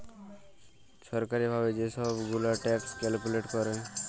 ছরকারি ভাবে যে ছব গুলা ট্যাক্স ক্যালকুলেট ক্যরে